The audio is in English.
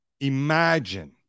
Imagine